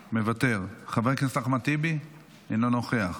מוותר, חבר הכנסת אחמד טיבי, אינו נוכח,